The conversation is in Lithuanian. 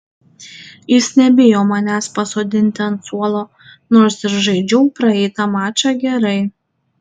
jis nebijo manęs pasodinti ant suolo nors ir žaidžiau praeitą mačą gerai